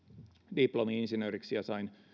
diplomi insinööriksi ja sain